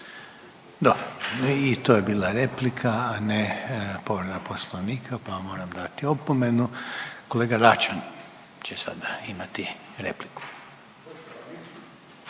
Dobro, i to je bila replika, a ne povreda Poslovnika, pa vam moram dati opomenu. Kolega Račan će sada imati repliku.